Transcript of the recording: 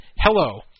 Hello